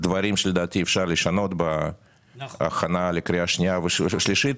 דברים שלדעתי אפשר לשנות בהכנה לקריאה שנייה ושלישית.